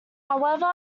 however